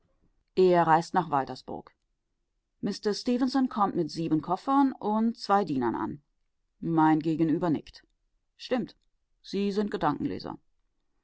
er reist nach waltersburg mister stefenson kommt mit sieben koffern und zwei dienern an mein gegenüber nickt stimmt sie sind ein gedankenleser